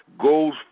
goes